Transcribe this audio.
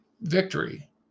victory